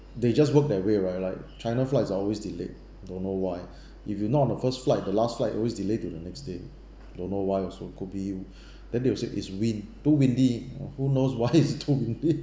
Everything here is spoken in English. they just work that way right like china flights are always delayed don't know why if you not on the first flight the last flight always delayed to the next day don't know why also could be then they'll say is wind too windy who knows why is too windy